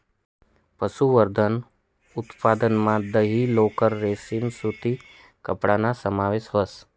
पशुसंवर्धन उत्पादनमा दही, लोकर, रेशीम सूती कपडाना समावेश व्हस